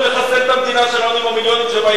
את המדינה שלנו במיליונים שבאים לפה.